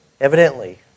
evidently